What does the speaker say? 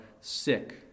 sick